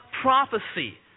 prophecy